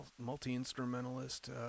multi-instrumentalist